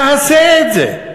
תעשה את זה.